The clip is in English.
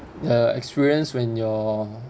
uh experience when you're